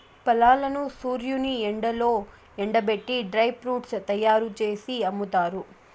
ఫలాలను సూర్యుని ఎండలో ఎండబెట్టి డ్రై ఫ్రూట్స్ తయ్యారు జేసి అమ్ముతారు